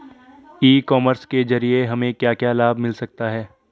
ई commerce के ज़रिए हमें क्या क्या लाभ मिल सकता है?